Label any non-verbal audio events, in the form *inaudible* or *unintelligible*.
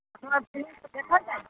*unintelligible*